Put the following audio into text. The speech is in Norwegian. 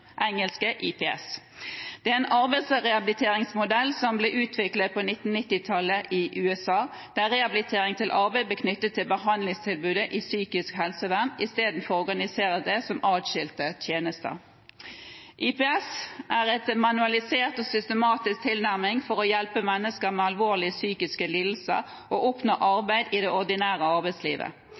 engelske IPS. Det er en arbeidsrehabiliteringsmodell som ble utviklet på 1990-tallet i USA, der rehabilitering til arbeid blir knyttet til behandlingstilbudet i psykisk helsevern i stedet for å organisere det som atskilte tjenester. IPS er en manualisert og systematisk tilnærming for å hjelpe mennesker med alvorlige psykiske lidelser til å oppnå arbeid i det ordinære arbeidslivet.